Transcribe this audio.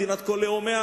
מדינת כל לאומיה,